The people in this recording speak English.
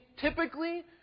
typically